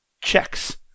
checks